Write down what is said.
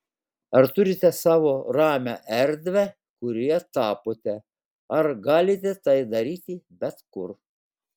ar turite savo ramią erdvę kurioje tapote ar galite tai daryti bet kur